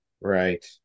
Right